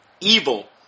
evil